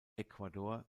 ecuador